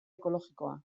ekologikoa